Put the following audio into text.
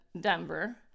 Denver